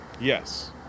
Yes